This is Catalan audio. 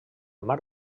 mar